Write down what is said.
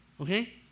okay